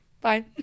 Bye